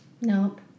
Nope